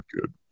good